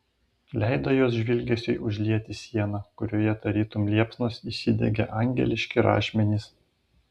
leido jos žvilgesiui užlieti sieną kurioje tarytum liepsnos įsidegė angeliški rašmenys